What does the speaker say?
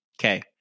Okay